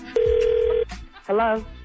Hello